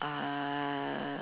uh